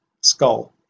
skull